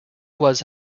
was